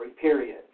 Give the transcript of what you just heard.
period